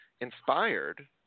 inspired